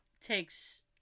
takes